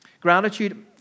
Gratitude